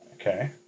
Okay